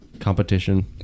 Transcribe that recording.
competition